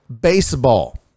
baseball